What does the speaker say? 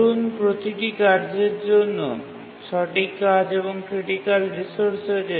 ধরুন প্রতিটি কার্যের জন্য ৬ টি কাজ এবং ক্রিটিকাল রিসোর্স রয়েছে